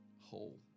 whole